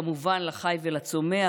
כמובן לחי ולצומח.